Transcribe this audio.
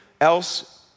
else